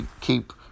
keep